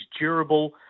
durable